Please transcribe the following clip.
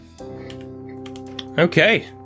Okay